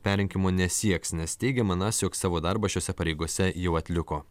perrinkimo nesieks nes teigė manąs jog savo darbą šiose pareigose jau atliko